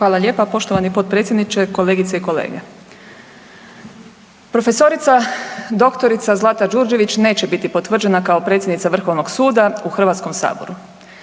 Hvala lijepa, poštovani potpredsjedniče, kolegice i kolege. Profesorica, doktorica Zlata Đurđević neće biti potvrđena kao predsjednica Vrhovnog suda u Hrvatskom saboru.